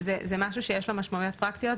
זה משהו שיש לו משמעויות פרקטיות.